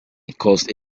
caused